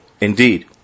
indeed